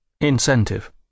Incentive